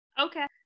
Okay